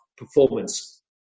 Performance